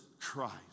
Christ